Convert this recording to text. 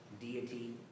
deity